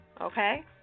Okay